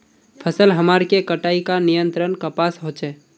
फसल हमार के कटाई का नियंत्रण कपास होचे?